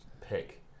pick